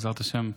בעזרת השם,